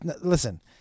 listen